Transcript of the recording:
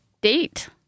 date